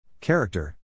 Character